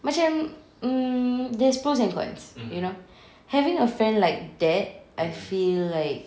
macam mm there's pros and cons you know having a friend like that I feel like